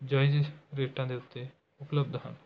ਜਾਇਜ਼ ਰੇਟਾਂ ਦੇ ਉੱਤੇ ਉਪਲੱਬਧ ਹਨ